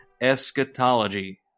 eschatology